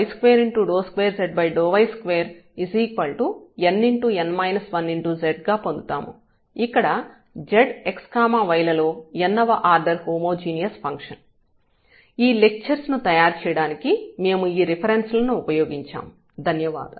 Enlish word Typing in Telugu Telugu Meaning 1 Composite composite మిశ్రమ 2 Homogeneous homogeneous సజాతీయమైన 3 Equation equation సమీకరణం 4 Expression expression వ్యక్తీకరణ 5 Exist exist ఉనికి 6 Numerator numerator లవం 7 Denominator denominator హారం